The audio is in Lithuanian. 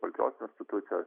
valdžios institucijos